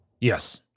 Yes